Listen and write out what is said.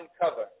uncover